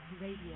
radio